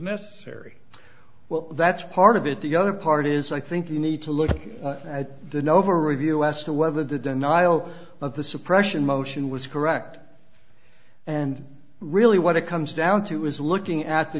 necessary well that's part of it the other part is i think you need to look at the nova review as to whether the denial of the suppression motion was correct and really what it comes down to is looking at the